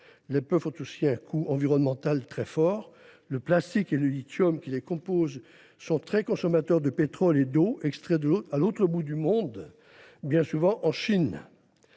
Les puffs ont également un coût environnemental très fort : le plastique et le lithium qui les composent sont très consommateurs de pétrole et d’eau, extraits à l’autre bout du monde, bien souvent en Chine.